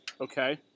Okay